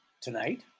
Tonight